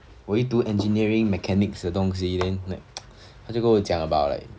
唯独 engineering mechanics 东西 then like